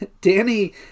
danny